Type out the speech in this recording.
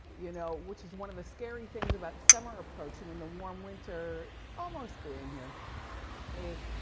you know, which is one of the scary things about summer approaching in the warm winter, almost being here is,